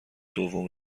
دوم